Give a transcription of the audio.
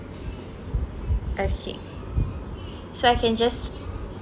okay so I can just